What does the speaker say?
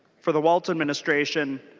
for the wills administration